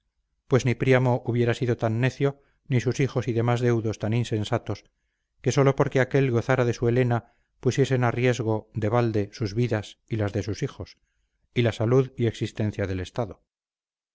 pues ni príamo hubiera sido tan necio ni sus hijos y demás deudos tan insensatos que sólo porque aquél gozara de su helena pusiesen a riesgo de balde sus vidas y las de sus hijos y la salud y existencia del estado